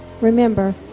Remember